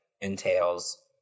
entails